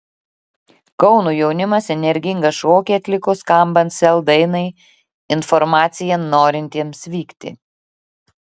kauno jaunimas energingą šokį atliko skambant sel dainai informacija norintiems vykti